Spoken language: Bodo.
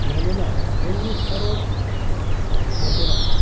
मानोना जोंनि भारत हादरा